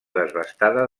desbastada